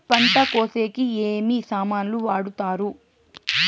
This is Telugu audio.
పంట కోసేకి ఏమి సామాన్లు వాడుతారు?